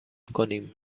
کنیم